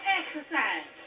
exercise